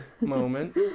moment